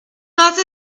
not